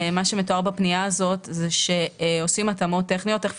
שמתואר בפנייה הזאת זה שעושים התאמות טכניות ותכף